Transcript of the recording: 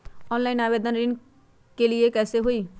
Online आवेदन ऋन के लिए कैसे हुई?